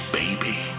baby